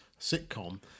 sitcom